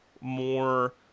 more